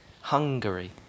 Hungary